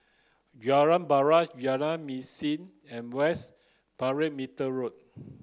Jalan Paras Jalan Mesin and West Perimeter Road